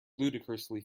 ludicrously